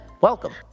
welcome